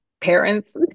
parents